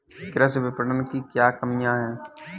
कृषि विपणन की क्या कमियाँ हैं?